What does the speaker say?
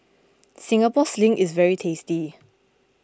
Singapore Sling is very tasty